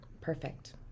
Perfect